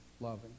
loving